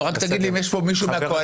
רק תגיד לי אם יש כאן מישהו מהקואליציה.